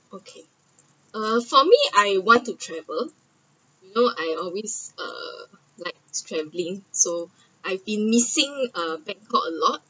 okay uh for me I want to travel you know I always uh likes travelling so I‘ve been missing uh bangkok a lot